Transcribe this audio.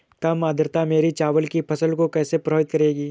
कम आर्द्रता मेरी चावल की फसल को कैसे प्रभावित करेगी?